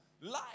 life